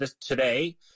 today